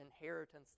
inheritance